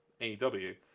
AEW